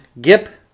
Gip